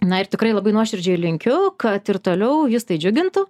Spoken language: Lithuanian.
na ir tikrai labai nuoširdžiai linkiu kad ir toliau jus tai džiugintų